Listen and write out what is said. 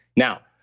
now,